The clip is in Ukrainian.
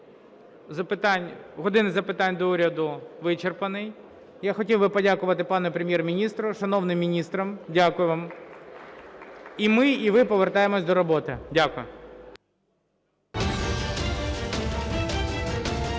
"години запитань до Уряду" вичерпаний. Я хотів би подякувати пану Прем'єр-міністру, шановним міністрам. Дякую вам! І ми, і ви повертаємося до роботи. Дякую.